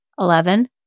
Eleven